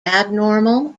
abnormal